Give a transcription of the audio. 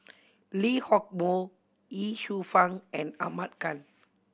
Lee Hock Moh Ye Shufang and Ahmad Khan